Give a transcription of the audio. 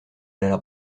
alla